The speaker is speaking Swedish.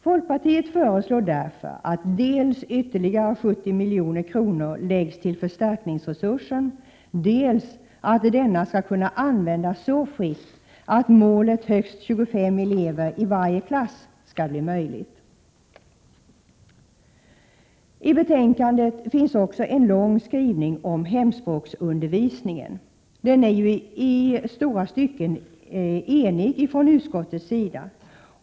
Folkpartiet föreslår därför dels att ytterligare 70 milj.kr. läggs till förstärkningsresursen, dels att denna skall kunna användas så fritt, att målet högst 25 elever i varje klass skall bli möjligt. I utskottets betänkande finns en lång skrivning om hemspråksundervis | ningen. Utskottet är i långa stycken enigt om denna.